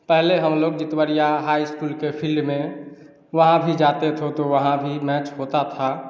पहले हम लोग जितवड़िया हाई स्कूल के फील्ड में वहाँ भी जाते थे तो वहाँ भी मैच होता था